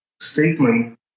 statement